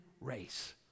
race